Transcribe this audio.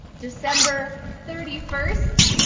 december thirty first,